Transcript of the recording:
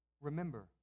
Remember